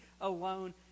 alone